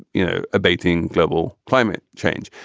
you know abating global climate change.